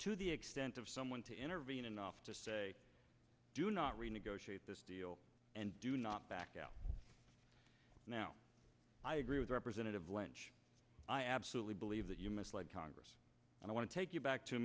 to the extent of someone to intervene enough to say do not renegotiate this deal and do not back out now i agree with representative lynch i absolutely believe that you misled congress and i want to take you back to